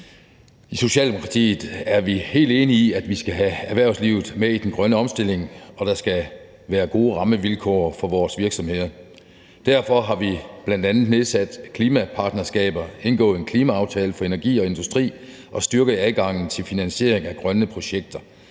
I Socialdemokratiet er vi helt enige i, at vi skal have erhvervslivet med i den grønne omstilling, og at der skal være gode rammevilkår for vores virksomheder. Derfor har vi bl.a. nedsat klimapartnerskaber, indgået en klimaaftale for energi og industri og styrket adgangen til finansiering af grønne projekter